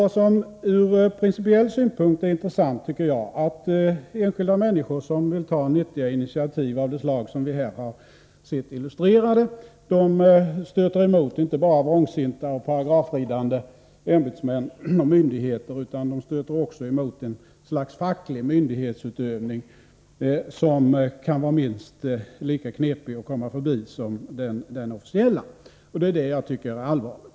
Det ur principiell synpunkt intressanta är enligt min mening att enskilda människor som vill ta nyttiga initiativ av det slag som här har illustrerats stöter på motstånd inte bara från vrångsinta och paragrafridande ämbetsmän och myndigheter utan också från ett slags facklig myndighetsutövning, som kan vara minst lika knepig att komma förbi som den officiella. Det är detta jag tycker är allvarligt.